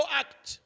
act